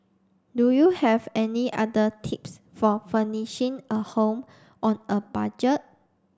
do you have any other tips for furnishing a home on a budget